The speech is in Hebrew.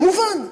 כמובן,